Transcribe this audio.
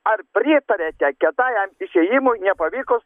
ar pritariate kietajam išėjimui nepavykus